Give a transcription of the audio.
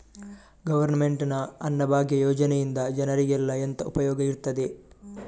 Government ನ ಅನ್ನಭಾಗ್ಯ ಯೋಜನೆಯಿಂದ ಜನರಿಗೆಲ್ಲ ಎಂತ ಉಪಯೋಗ ಇರ್ತದೆ?